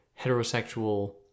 heterosexual